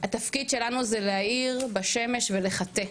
התפקיד שלנו זה להעיר בשמש ולחטא,